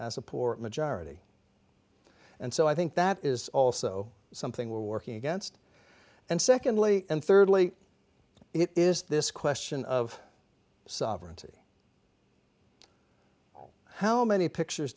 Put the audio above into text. as a poor majority and so i think that is also something we are working against and secondly and thirdly it is this question of sovereignty how many pictures